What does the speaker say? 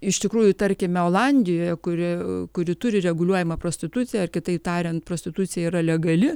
iš tikrųjų tarkime olandijoje kuri kuri turi reguliuojamą prostituciją ar kitaip tarian prostitucija yra legali